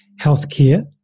healthcare